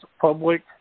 public